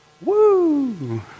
Woo